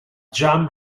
jan